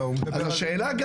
השאלה,